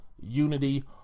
unity